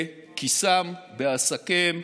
בכיסם, בעסקיהם,